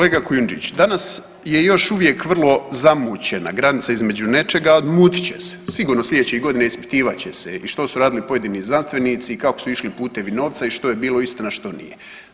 Kolega Kujundžić, danas je još uvijek vrlo zamućena granica između nečega, a odmutit će se sigurno slijedećih godina, ispitivat će se i što su radili pojedini znanstvenici i kako su išli putevi novca i što je bilo istina, što nije.